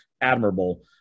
admirable